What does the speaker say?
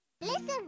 Listen